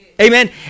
Amen